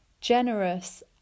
generous